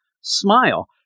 smile